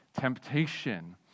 temptation